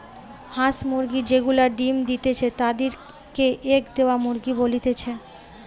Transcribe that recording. হাঁস মুরগি যে গুলা ডিম্ দিতেছে তাদির কে এগ দেওয়া মুরগি বলতিছে